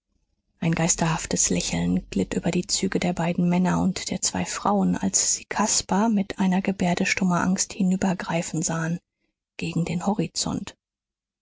ein geisterhaftes lächeln glitt über die züge der beiden männer und der zwei frauen als sie caspar mit einer gebärde stummer angst hinübergreifen sahen gegen den horizont